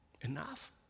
Enough